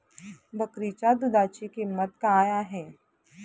बकरीच्या दूधाची किंमत काय आहे?